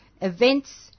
events